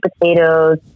potatoes